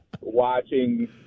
watching